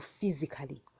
physically